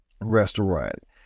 restaurant